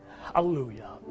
Hallelujah